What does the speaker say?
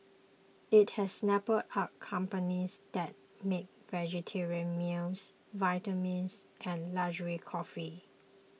it has snapped up companies that make vegetarian meals vitamins and luxury coffee